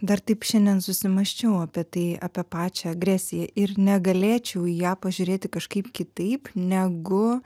dar taip šiandien susimąsčiau apie tai apie pačią agresiją ir negalėčiau į ją pažiūrėti kažkaip kitaip negu